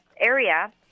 area